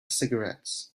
cigarettes